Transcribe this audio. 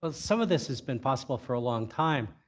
but some of this has been possible for a long time.